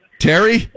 Terry